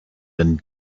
and